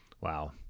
Wow